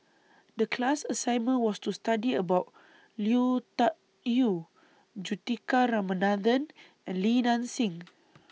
The class assignment was to study about Liu Tuck Yew Juthika Ramanathan and Li Nanxing